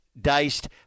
diced